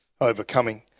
overcoming